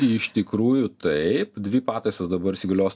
iš tikrųjų taip dvi pataisos dabar įsigalios